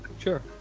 sure